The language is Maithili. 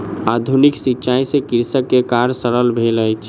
आधुनिक सिचाई से कृषक के कार्य सरल भेल अछि